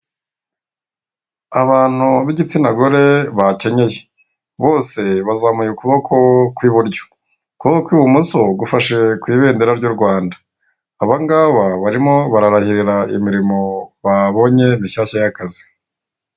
Abantu b'igitsina gore bakenyeye, bose bazamuye ukuboko kw'iburyo ukuboko kw'ibumoso gufashe ku ibendera ry'u Rwanda abanagaba barimo bararahirira imirimo babonye mishyashya y'akazi.